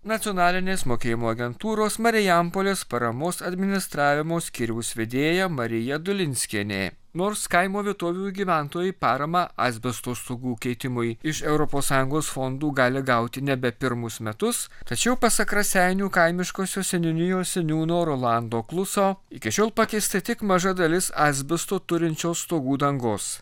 nacionalinės mokėjimo agentūros marijampolės paramos administravimo skyriaus vedėja marija dulinskienė nors kaimo vietovių gyventojai paramą asbesto stogų keitimui iš europos sąjungos fondų gali gauti nebe pirmus metus tačiau pasak raseinių kaimiškosios seniūnijos seniūno rolando kluso iki šiol pakeista tik maža dalis asbesto turinčios stogų dangos